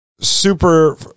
super